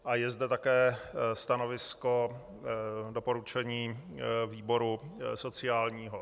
A je zde také stanovisko, doporučení výboru sociálního.